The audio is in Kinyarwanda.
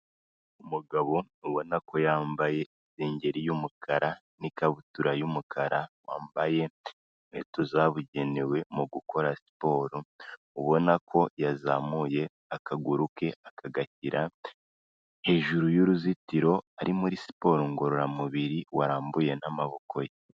Umugabo ubona ko yambaye isengeri y'umukara n'ikabutura y'umukara wambaye inkweto zabugenewe mu gukora siporo ubona ko yazamuye akaguru ke akagashyira hejuru y'uruzitiro ari muri siporo ngororamubiri warambuye n'amaboko ye.